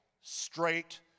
straight